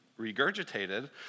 regurgitated